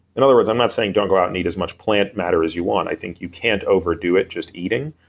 in other words, i'm not saying don't go out and eat as much plant matter as you want. i think you can't overdo it just eating.